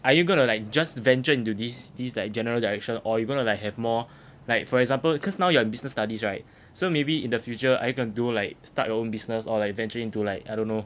are you gonna like just venture into this this like general direction or you're gonna have more like for example cause now you're business studies right so maybe in the future are you gonna do like start your own business or like venture into like I don't know